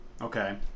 Okay